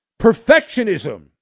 perfectionism